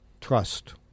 trust